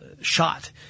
shot